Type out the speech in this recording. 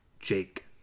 jake